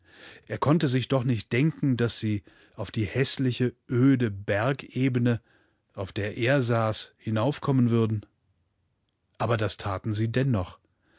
einschlagenwürden erkonnte sich doch nicht denken daß sie auf die häßliche öde bergebene auf der er saß hinaufkommen würden aber das taten sie dennoch